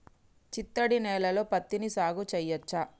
చిత్తడి నేలలో పత్తిని సాగు చేయచ్చా?